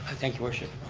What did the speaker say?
thank you worship.